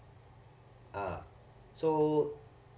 ah so